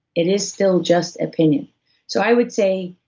it is still just opinion so i would say,